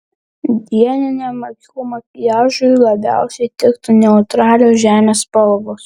dieniniam akių makiažui labiausiai tiktų neutralios žemės spalvos